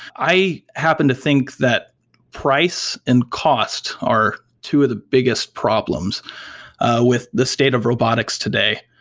i happen to think that price and cost are two of the biggest problems with the state of robotics today.